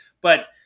But-